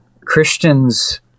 Christians